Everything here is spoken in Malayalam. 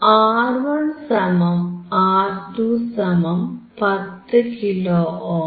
R1 R2 10 kilo Om